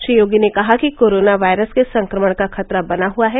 श्री योगी ने कहा कि कोरोना वायरस के संक्रमण का खतरा बना हुआ है